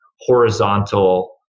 horizontal